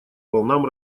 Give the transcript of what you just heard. волнам